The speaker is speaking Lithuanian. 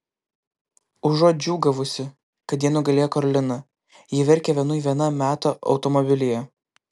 užuot džiūgavusi kad jie nugalėjo karoliną ji verkia vienui viena meto automobilyje